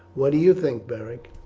what do you think, beric?